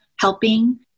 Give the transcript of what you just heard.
helping